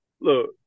Look